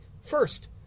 First